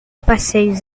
passeios